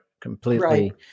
completely